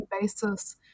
basis